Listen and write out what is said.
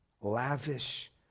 lavish